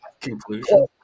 Conclusion